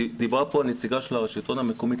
דיברה פה נציגת השלטון המקומי,